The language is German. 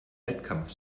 wettkampf